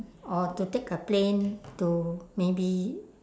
or to take a plane to maybe